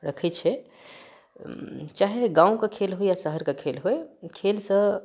रखै छै चाहे गाँवके खेल होए या शहरके खेल होए खेल सऽ